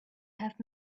had